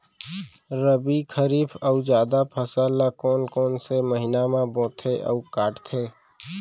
रबि, खरीफ अऊ जादा फसल ल कोन कोन से महीना म बोथे अऊ काटते?